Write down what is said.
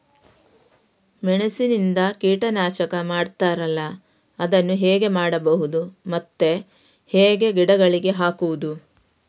ಮೆಣಸಿನಿಂದ ಕೀಟನಾಶಕ ಮಾಡ್ತಾರಲ್ಲ, ಅದನ್ನು ಹೇಗೆ ಮಾಡಬಹುದು ಮತ್ತೆ ಹೇಗೆ ಗಿಡಗಳಿಗೆ ಹಾಕುವುದು?